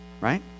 right